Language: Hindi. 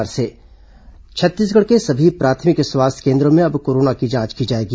कोरोना जांच छत्तीसगढ़ के सभी प्राथमिक स्वास्थ्य केन्द्रों में अब कोरोना की जांच की जाएगी